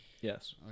Yes